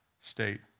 state